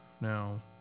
now